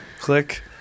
click